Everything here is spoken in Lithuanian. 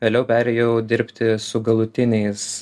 vėliau perėjau dirbti su galutiniais